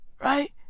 right